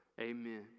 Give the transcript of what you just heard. amen